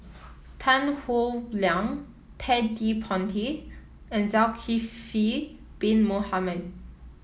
Tan Howe Liang Ted De Ponti and Zulkifli Bin Mohamed